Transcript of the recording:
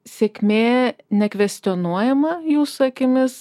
sėkmė nekvestionuojama jūsų akimis